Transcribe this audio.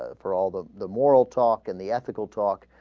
ah for all the the moral talk in the ethical talk